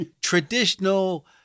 traditional